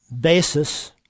basis